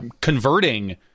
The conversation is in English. converting